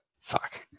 fuck